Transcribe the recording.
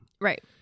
Right